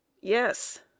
Yes